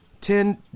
Ten